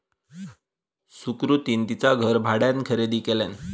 सुकृतीन तिचा घर भाड्यान खरेदी केल्यान